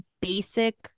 basic